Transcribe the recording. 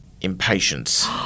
impatience